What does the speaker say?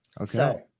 Okay